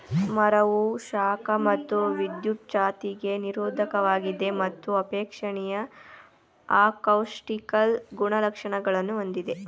ಮರವು ಶಾಖ ಮತ್ತು ವಿದ್ಯುಚ್ಛಕ್ತಿಗೆ ನಿರೋಧಕವಾಗಿದೆ ಮತ್ತು ಅಪೇಕ್ಷಣೀಯ ಅಕೌಸ್ಟಿಕಲ್ ಗುಣಲಕ್ಷಣಗಳನ್ನು ಹೊಂದಿದೆ